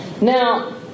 Now